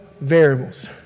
variables